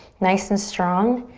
nice and strong.